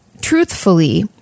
Truthfully